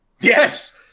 Yes